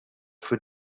für